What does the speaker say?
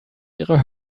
ihre